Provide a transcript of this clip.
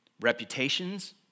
Reputations